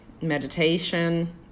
meditation